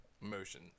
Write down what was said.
motion